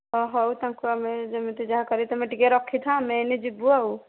ହଁ ହଉ ତାଙ୍କୁ ଆମେ ଯେମିତି ଯାହା କରିକି ତୁମେ ଟିକିଏ ରଖିଥାଅ ଆମେ ଏଇନେ ଯିବୁ ଆଉ